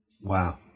Wow